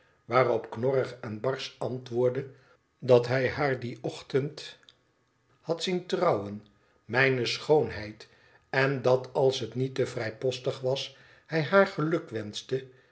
waarop knorrig en barsch antwoordde dat hij haar dien ochtend had zien trouwen mijne schoonheid en dat als het niet te vrijpostig was hij haar gelukwenschte